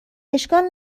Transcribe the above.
اشکال